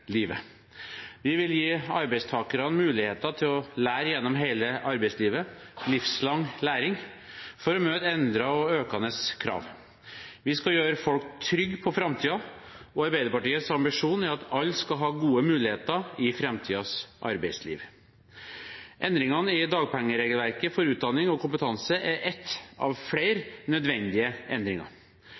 Vi vil gi arbeidstakerne muligheter til å lære gjennom hele arbeidslivet, livslang læring, for å møte endrede og økende krav. Vi skal gjøre folk trygge på framtiden, og Arbeiderpartiets ambisjon er at alle skal ha gode muligheter i framtidens arbeidsliv. Endringene i dagpengeregelverket for utdanning og kompetanse er en av flere nødvendige endringer.